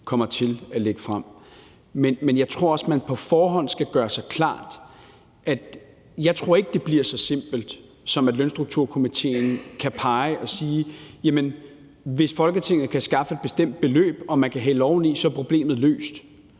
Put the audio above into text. kommer til at lægge frem. Men jeg tror også, at man på forhånd skal gøre sig klart, at det ikke bliver så simpelt som – det tror jeg ikke det bliver – at Lønstrukturkomitéen kan pege og sige: Hvis Folketinget kan skaffe et bestemt beløb, som man kan hælde oveni, så er problemet løst.